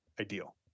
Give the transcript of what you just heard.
ideal